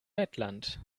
lettland